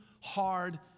hard